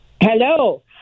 Hello